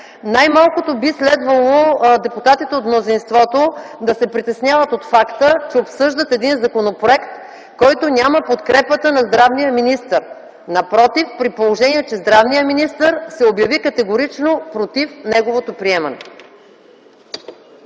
Най-малкото би следвало депутатите от мнозинството да се притесняват от факта, че обсъждат един законопроект, който няма подкрепата на здравния министър. Напротив, здравният министър се обяви категорично против неговото приемане.